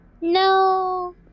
No